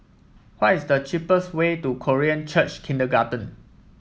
what is the cheapest way to Korean Church Kindergarten